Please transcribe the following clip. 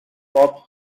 pop